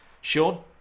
Sean